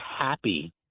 happy